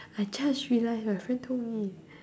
I just realise my friend told me